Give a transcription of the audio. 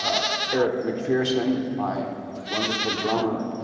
ah eric mcpherson my wonderful drummer.